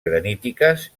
granítiques